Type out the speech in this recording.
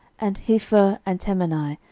and hepher, and temeni,